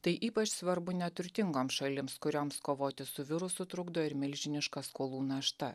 tai ypač svarbu neturtingoms šalims kurioms kovoti su virusu trukdo ir milžiniška skolų našta